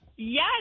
Yes